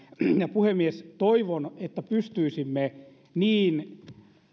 puhemies toivon että pystyisimme niin